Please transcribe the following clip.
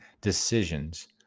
decisions